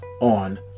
on